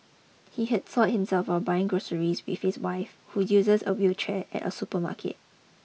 he had soiled himself while buying groceries with his wife who uses a wheelchair at a supermarket